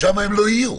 שם הם לא יהיו.